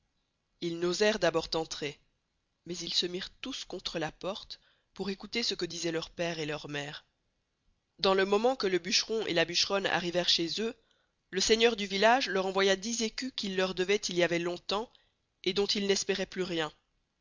ils n'oserent d'abord entrer mais ils se mirent tous contre la porte pour écouter ce que disaient leur pere et leur mere dans le moment que le bucheron et la bucheronne arriverent chez eux le seigneur du vilage leur envoya dix écus qu'il leur devoit il y avoit long-tems et dont ils n'esperoient plus rien